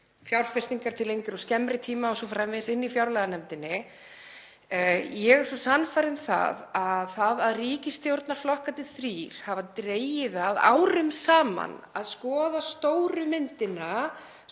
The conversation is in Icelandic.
fjárfestingar til lengri og skemmri tíma o.s.frv., inni í fjárlaganefndinni — ég er svo sannfærð um það að ríkisstjórnarflokkarnir þrír hafa dregið það árum saman að skoða stóru myndina,